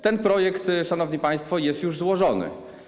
Ten projekt, szanowni państwo, jest już złożony.